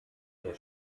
der